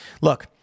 Look